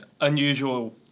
unusual